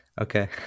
Okay